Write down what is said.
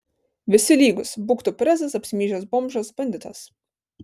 visi lygūs būk tu prezas apsimyžęs bomžas banditas